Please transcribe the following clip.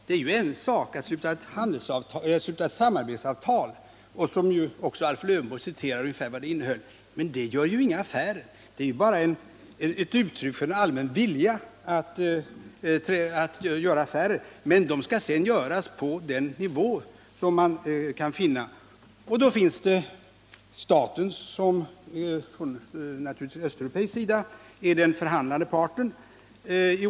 Det är en sak att sluta ett samarbetsavtal — Alf Lövenborg återgav ungefär vad det innehöll — men det medför inga affärer. Samarbetsavtalet är bara ett uttryck för en allmän vilja att göra affärer. Det skall sedan konkretiseras på olika nivåer. Nr 28 I Östeuropa är staten den förhandlande parten.